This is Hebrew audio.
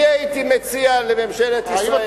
אני הייתי מציע לממשלת ישראל,